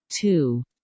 two